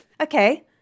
Okay